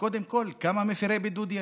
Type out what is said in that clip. קודם כול, כמה מפירי בידוד יש?